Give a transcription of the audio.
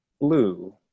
Blue